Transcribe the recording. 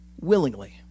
willingly